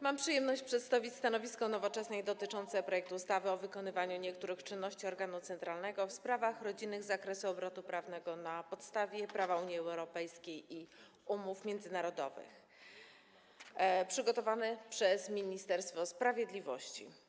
Mam przyjemność przedstawić stanowisko Nowoczesnej dotyczące projektu ustawy o wykonywaniu niektórych czynności organu centralnego w sprawach rodzinnych z zakresu obrotu prawnego na podstawie prawa Unii Europejskiej i umów międzynarodowych przygotowanego przez Ministerstwo Sprawiedliwości.